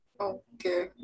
okay